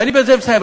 אני בזה מסיים.